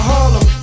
Harlem